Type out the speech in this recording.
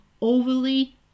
overly